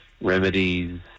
remedies